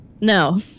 No